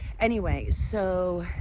anyway, so,